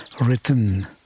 written